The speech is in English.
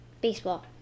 baseball